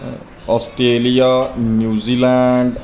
Australia New Zealand